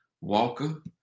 Walker